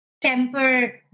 temper